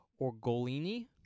Orgolini